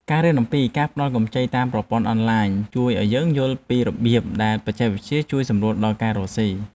ការរៀនអំពីការផ្តល់កម្ចីតាមប្រព័ន្ធអនឡាញជួយឱ្យយើងយល់ពីរបៀបដែលបច្ចេកវិទ្យាជួយសម្រួលដល់ការរកស៊ី។